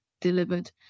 delivered